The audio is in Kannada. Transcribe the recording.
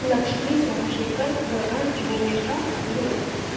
ಲಕ್ಷ್ಮೀ ಸೋಮಶೇಖರ್ ಗಗನ್ ಭೂಮಿಕಾ ಗುರು